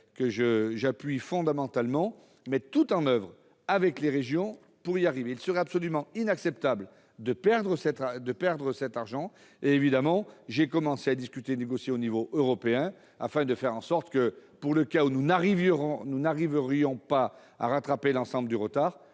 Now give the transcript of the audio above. que j'appuie, mettent tout en oeuvre avec les régions pour y arriver. Il serait absolument inacceptable de perdre cet argent. J'ai évidemment commencé à discuter et à négocier à l'échelon européen, afin que, pour le cas où nous n'arriverions pas à rattraper l'ensemble du retard,